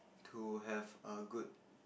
to have a good